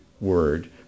word